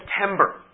September